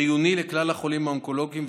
חיוני לכלל החולים האונקולוגיים,